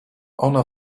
ona